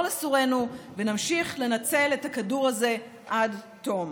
לסורנו ונמשיך לנצל את הכדור הזה עד תום?